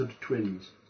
twins